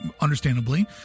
understandably